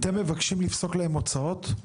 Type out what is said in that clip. אתם מבקשים לפסוק להם הוצאות?